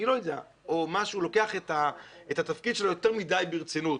או לוקח את התפקיד שלו יותר מדי ברצינות,